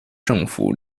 政府